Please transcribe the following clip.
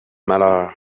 malheur